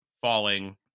falling